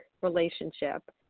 relationship